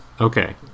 okay